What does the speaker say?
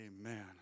Amen